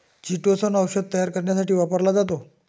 chitosan औषध तयार करण्यासाठी वापरला जातो